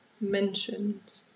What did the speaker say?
mentioned